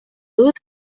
dut